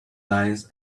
lines